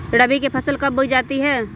रबी की फसल कब बोई जाती है?